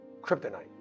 kryptonite